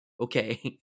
Okay